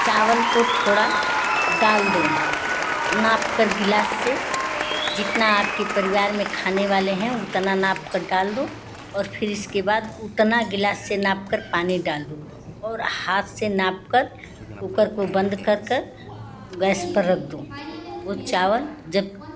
चावल को थोड़ा डाल दो नाप कर गिलास से जितना आपके परिवार में खाने वाले हैं उतना नाप कर डाल दो और फिर इसके बाद उतना गिलास से नाप कर पानी डाल दो और हाथ से नाप कर कुकर को बंद कर कर गैस पर रख दो वो चावल जब